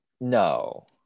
No